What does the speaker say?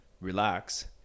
relax